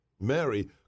Mary